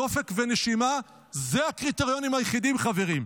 דופק ונשימה אלה הקריטריונים היחידים, חברים.